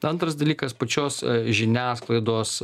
antras dalykas pačios žiniasklaidos